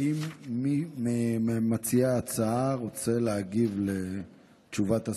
האם מי ממציעי הצעה רוצה להגיב על תשובת השר?